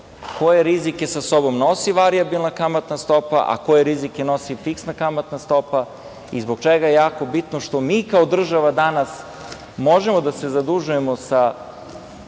koje rizike sa sobom nosi varijabilna kamatna stopa, a koje rizike nosi fiksna kamatna stopa i zbog čega je jako bitno što mi kao država danas možemo da se zadužujemo sa